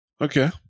Okay